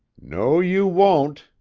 no, you won't,